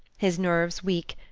his nerves weak,